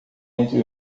entre